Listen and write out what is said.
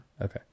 Okay